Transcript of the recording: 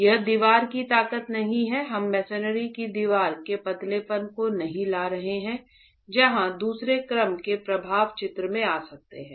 यह दीवार की ताकत नहीं है हम मेसेनरी की दीवार के पतलेपन को नहीं ला रहे हैं जहां दूसरे क्रम के प्रभाव चित्र में आ सकते हैं